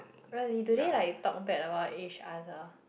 really do they like talk bad about each other